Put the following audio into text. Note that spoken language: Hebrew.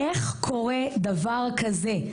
איך קורה דבר כזה?